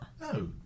No